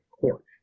court